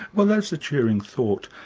well that's a cheering thought.